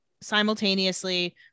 simultaneously